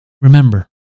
Remember